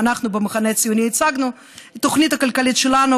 אנחנו במחנה הציוני הצגנו את התוכנית הכלכלית שלנו,